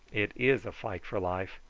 it is a fight for life,